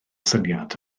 syniad